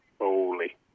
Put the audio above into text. Holy